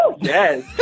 yes